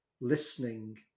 listening